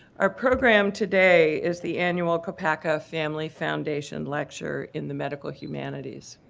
our program today is the annual koppaka family foundation lecture in the medical humanities.